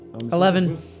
Eleven